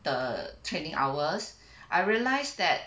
the training hours I realise that